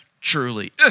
Truly